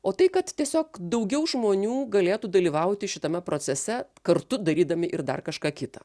o tai kad tiesiog daugiau žmonių galėtų dalyvauti šitame procese kartu darydami ir dar kažką kita